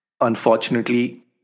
Unfortunately